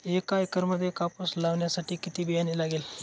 एका एकरामध्ये कापूस लावण्यासाठी किती बियाणे लागेल?